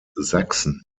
sachsen